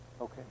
Okay